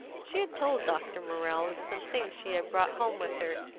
she had told dr. morrell of some things she had brought home with her,